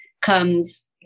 comes